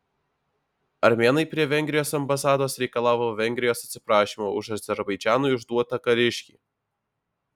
armėnai prie vengrijos ambasados reikalavo vengrijos atsiprašymo už azerbaidžanui išduotą kariškį